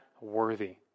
worthy